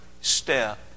step